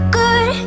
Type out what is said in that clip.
good